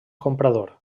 comprador